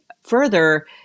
further